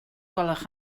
gwelwch